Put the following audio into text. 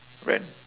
rent